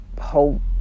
whole